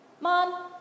Mom